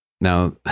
Now